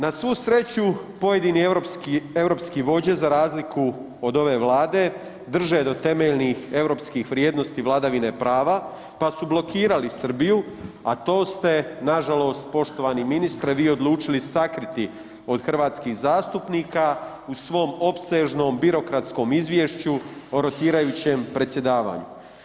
Na svu sreću, pojedini europski vođe za razliku od ove Vlade drže do temeljnih europskih vrijednosti vladavine prava pa su blokirali Srbiju, a to ste nažalost, poštovani ministre, vi odlučili sakriti od hrvatskih zastupnika u svom opsežnom birokratskom izvješću o rotirajućem predsjedavanju.